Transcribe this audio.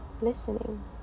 Listening